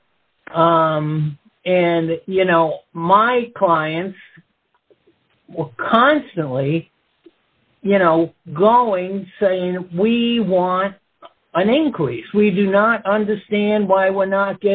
it and you know my clients constantly you know growing saying we want an increase we do not understand why we're not